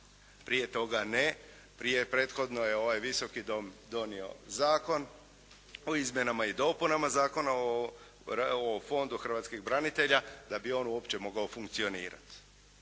Prije toga ne. Prethodno je ovaj Visoki dom donio Zakon o izmjenama i dopunama Zakona o Fondu hrvatskih branitelja da bi on uopće mogao funkcionirat.